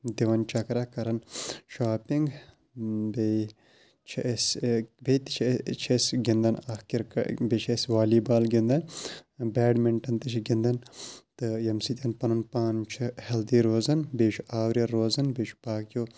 دِوَن چکرا کَران شاپِنٛگ بیٚیہِ چھِ أسۍ بیٚیہِ تہِ چھِ چھِ أسۍ گِنٛدان اَکھ بیٚیہِ چھِ أسۍ والی بال گِنٛدان بیڈمِنٛٹَن تہِ چھِ گِنٛدان تہٕ ییٚمہِ سۭتٮ۪ن پَنُن پان چھُ ہٮ۪لدی روزان بیٚیہِ چھُ آورٮ۪ر روزان بیٚیہِ چھُ باقٕیو